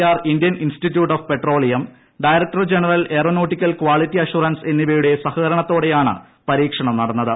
R Indian institute of petroleum director general aeronautical quality assurance എന്നിവയുടെ സഹകരണത്തോടെയാണ് പരീക്ഷണം നടന്നത്